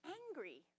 angry